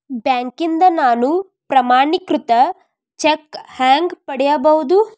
ಬ್ಯಾಂಕ್ನಿಂದ ನಾನು ಪ್ರಮಾಣೇಕೃತ ಚೆಕ್ ಹ್ಯಾಂಗ್ ಪಡಿಬಹುದು?